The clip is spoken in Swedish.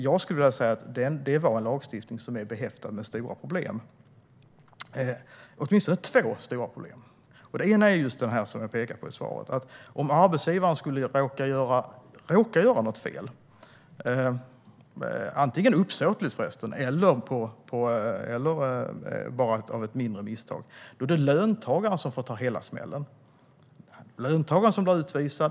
Jag skulle vilja säga att det är en lagstiftning som är behäftad med åtminstone två stora problem. Det ena problemet är just det som jag pekade på i svaret: Om arbetsgivaren skulle råka göra något fel - det kan förresten vara uppsåtligt eller bara ett mindre misstag - är det löntagaren som får ta hela smällen. Det är löntagaren som blir utvisad.